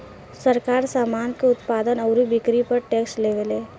सरकार, सामान के उत्पादन अउरी बिक्री पर टैक्स लेवेले